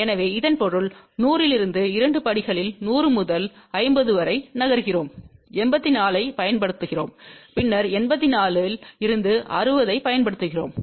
எனவே இதன் பொருள் 100 இல் இருந்து இரண்டு படிகளில் 100 முதல் 50 வரை நகர்கிறோம் 84 ஐப் பயன்படுத்துகிறோம் பின்னர் 84 இல் இருந்து 60 ஐப் பயன்படுத்துகிறோம்